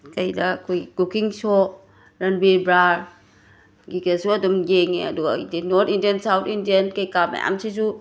ꯀꯩꯗ ꯑꯩꯈꯣꯏ cooking show Ranveer ꯕ꯭ꯔꯥꯔꯒꯤ ꯀꯦꯁꯣ ꯑꯗꯨꯝ ꯌꯦꯡꯉꯦ ꯑꯗꯨꯒ ꯅꯣꯔꯠ ꯏꯟꯗ꯭ꯌꯟ ꯁꯥꯎꯠ ꯏꯟꯗ꯭ꯌꯟ ꯀꯩ ꯀꯥ ꯃꯌꯥꯝꯁꯤꯁꯨ